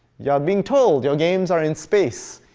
you are being told your games are in space,